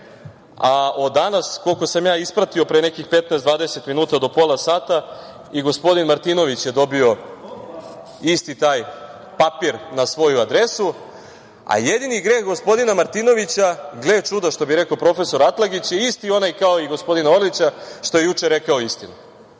a od danas, koliko sam ja ispratio, pre nekih 15, 20 minuta do pola sata, i gospodin Martinović je dobio isti taj papir na svoju adresu. Jedini greh gospodina Martinovića, gle čuda, što bi rekao profesor Atlagić, je isti onaj kao i gospodina Orlića, što je juče rekao istinu.U